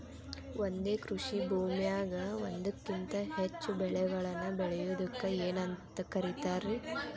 ಒಂದೇ ಕೃಷಿ ಭೂಮಿಯಾಗ ಒಂದಕ್ಕಿಂತ ಹೆಚ್ಚು ಬೆಳೆಗಳನ್ನ ಬೆಳೆಯುವುದಕ್ಕ ಏನಂತ ಕರಿತಾರಿ?